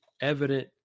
evident